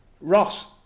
Ross